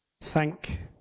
thank